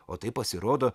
o tai pasirodo